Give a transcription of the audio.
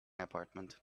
apartment